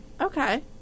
Okay